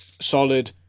solid